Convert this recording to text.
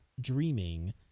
dreaming